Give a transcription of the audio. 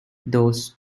those